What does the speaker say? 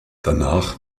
danach